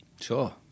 Sure